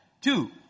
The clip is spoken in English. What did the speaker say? Two